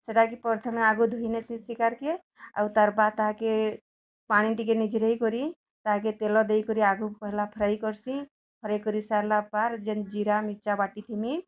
ସେଇଟା ବି ପ୍ରଥମେ ଆଗ ଧୋଇନେସି ଶିକାର୍କେ ଆଉ ତାର୍ ପାତାକେ ପାନି ଟିକେ ନିଜେ ନେଇକରି ତାହାକେ ତେଲେ ଦେଇକରି ଆଗ ପହେଲା ଫ୍ରାଏ କର୍ସିଁ ଫ୍ରାଏ କରିସାରିଲା ପାର୍ ଯେନ୍ ଜିରା ମିର୍ଚ୍ଚା ବାଟିଥେମି